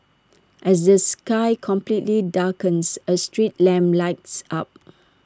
as the sky completely darkens A street lamp lights up